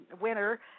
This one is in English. winner